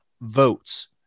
votes